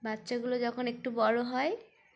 বাচ্চাগুলো যখন একটু বড়ো হয়